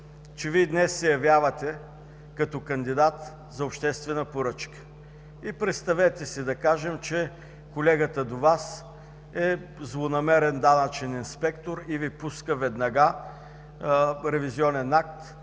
че Вие днес се явявате като кандидат за обществена поръчка. Представете си, че колегата до Вас е злонамерен данъчен инспектор и веднага Ви пуска ревизионен акт